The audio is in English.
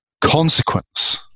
consequence